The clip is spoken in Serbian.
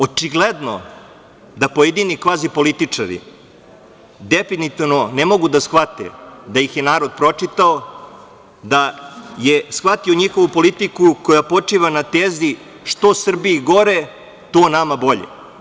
Očigledno da pojedini kvazi političari definitivno ne mogu da shvate da ih je narod pročitao, da je shvatio njihovu politiku koja počiva na tezi – što Srbiji gore, to nama bolje.